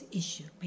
issue